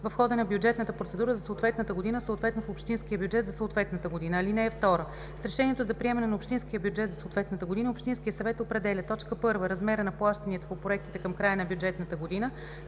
в хода на бюджетната процедура за съответната година, съответно в общинския бюджет за съответната година. (2) С решението за приемане на общинския бюджет за съответната година общинският съвет определя: 1. размера на плащанията по проектите към края на бюджетната година,